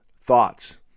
thoughts